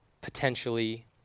potentially